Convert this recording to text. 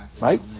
right